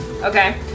Okay